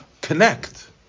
connect